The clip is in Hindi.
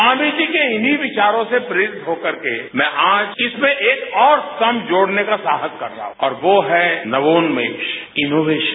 स्वामी जी के इन्हीं विचारों से प्रेरित होकरके मैं आज इसमें एक ओर स्तंभ जोड़ने का साहस कर रहा हूं और वे है नवोन्मेष इनोवेशन